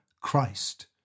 Christ